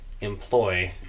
employ